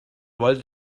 wollte